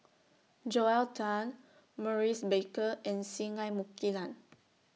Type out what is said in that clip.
Joel Tan Maurice Baker and Singai Mukilan